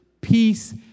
peace